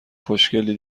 خوشگلی